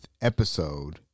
episode